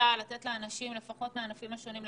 רבה על ההזדמנות שאתם נותנים לנו